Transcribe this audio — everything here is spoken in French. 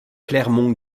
clermont